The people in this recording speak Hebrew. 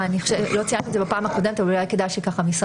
לא ציינו את זה בפעם הקודמת אבל אולי כדאי שמשרד